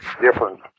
different